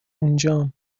اونجام